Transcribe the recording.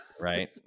right